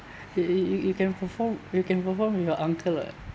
you you you can perform you can perform for your uncle [what]